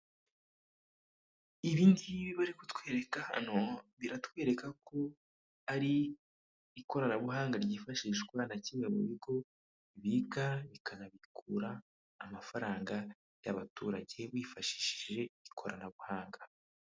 Ibi ngibi bari kutwereka hano, iratwereka ko ari ikoranabuhanga ryifashishwa na kimwe mu bigo bibika bikanabikura amafaranga y'abaturage bifashishije ikoranabuhanga.